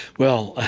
well,